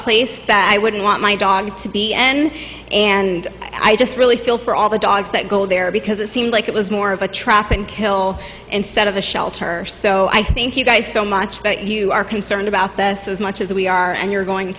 place that i would i want my dog to be n and i just really feel for all the dogs that go there because it seemed like it was more of a trap and kill and set of the shelter so i thank you guys so much that you are concerned about that as much as we are and you're going